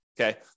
Okay